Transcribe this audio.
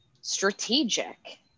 strategic